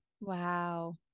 wow